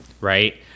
right